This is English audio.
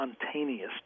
spontaneous